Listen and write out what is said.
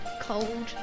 cold